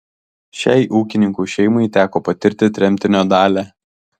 šiai ūkininkų šeimai teko patirti tremtinio dalią